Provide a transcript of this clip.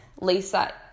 Lisa